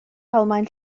almaen